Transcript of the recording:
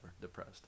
depressed